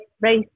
race